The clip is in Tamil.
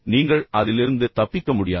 நீங்கள் அதிலிருந்து தப்பிக்க முடியாது